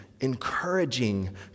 encouraging